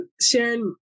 Sharon